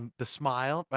the smile, but